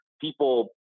people